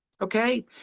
Okay